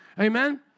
Amen